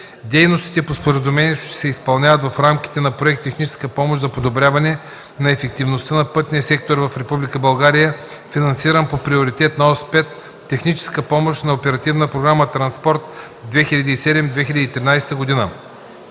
Дейностите по споразумението ще се изпълняват в рамките на проект „Техническа помощ за подобряване на ефективността на пътния сектор в Република България”, финансиран по Приоритетна ос 5 „Техническа помощ” на Оперативна програма „Транспорт 2007 – 2013 г.”,